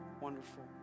wonderful